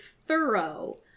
thorough